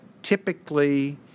typically